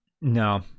no